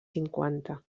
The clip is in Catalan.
cinquanta